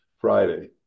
Friday